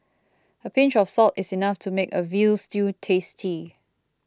a pinch of salt is enough to make a Veal Stew tasty